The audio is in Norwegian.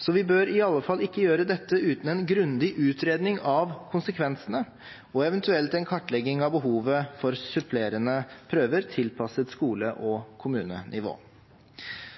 Så vi bør i alle fall ikke gjøre dette uten en grundig utredning av konsekvensene og eventuelt en kartlegging av behovet for supplerende prøver, tilpasset skole- og